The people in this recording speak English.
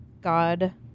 God